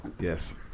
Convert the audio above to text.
yes